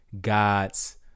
God's